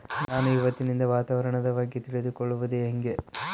ನಾನು ಇವತ್ತಿನ ವಾತಾವರಣದ ಬಗ್ಗೆ ತಿಳಿದುಕೊಳ್ಳೋದು ಹೆಂಗೆ?